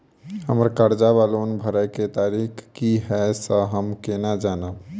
हम्मर कर्जा वा लोन भरय केँ तारीख की हय सँ हम केना जानब?